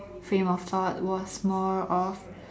frame of thought was more of